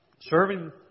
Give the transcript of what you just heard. Serving